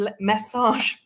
Massage